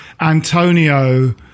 Antonio